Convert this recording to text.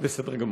בסדר גמור.